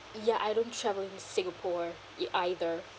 ya I don't travel in singapore ya either